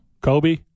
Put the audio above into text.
Kobe